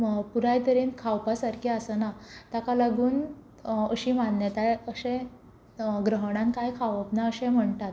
पुराय तरेन खावपा सारकें आसना ताका लागून अशी मान्यता अशें ग्रहणांत कांय खावप ना अशें म्हणटात